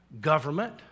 government